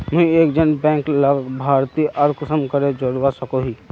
मुई एक जन बैंक लाभारती आर कुंसम करे जोड़वा सकोहो ही?